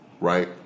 Right